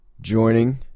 joining